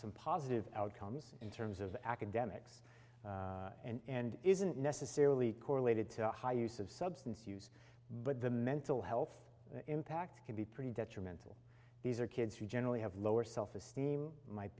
some positive outcomes in terms of academics and isn't necessarily correlated to high use of substance use but the mental health impact can be pretty detrimental these are kids who generally have lower self esteem might